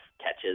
catches